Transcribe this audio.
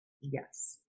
Yes